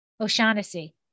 O'Shaughnessy